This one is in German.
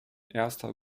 erster